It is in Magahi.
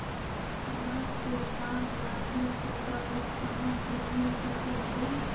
हमरा त्योहार लागि छोटा लोन कहाँ से मिल सको हइ?